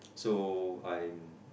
so I